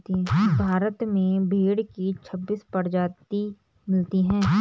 भारत में भेड़ की छब्बीस प्रजाति मिलती है